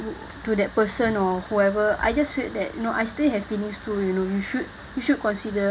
to that person or whoever I just feel that no I still have feelings too you know you should you should consider